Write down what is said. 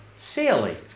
Silly